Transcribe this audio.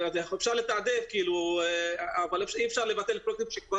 אפשר לתעדף אבל אי אפשר לבטל פרויקטים שכבר